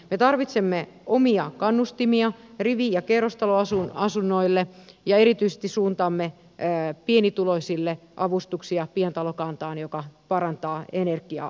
me tarvitsemme omia kannustimia rivi ja kerrostaloasunnoille ja erityisesti suuntaamme pienituloisille avustuksia pientalokantaan joka parantaa energiatehokkuutta